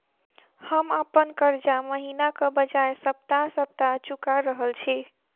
हम अप्पन कर्जा महिनाक बजाय सप्ताह सप्ताह चुका रहल छि